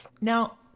Now